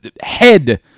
Head